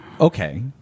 Okay